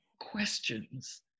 questions